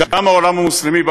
גם העולם המוסלמי,